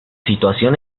situación